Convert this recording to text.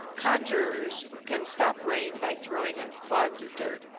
conjurers can stop rain by throwing up clods of dirt.